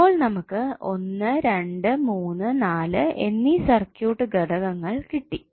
അപ്പോൾ നമുക്ക് 1 2 3 4 എന്നീ സർക്യൂട്ട് ഘടകങ്ങൾ കിട്ടി